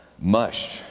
mush